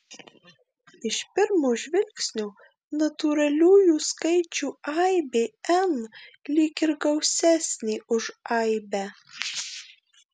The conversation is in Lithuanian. iš pirmo žvilgsnio natūraliųjų skaičių aibė n lyg ir gausesnė už aibę